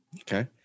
Okay